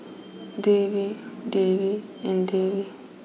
Devi Devi and Devi